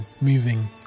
moving